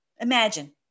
imagine